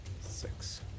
six